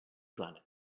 planet